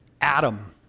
Adam